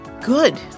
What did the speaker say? good